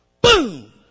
Boom